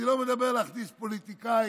אני לא מדבר על להכניס פוליטיקאי,